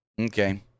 okay